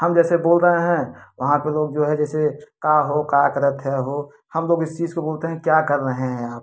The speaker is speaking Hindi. हम जैसे बोल रहे हैं वहाँ पे लोग जो है जैसे का हो का करा था हो हम लोग इस चीज़ को बाेलते हैं क्या कर रहे हैं आप